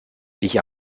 ich